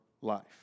life